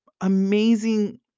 amazing